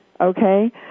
okay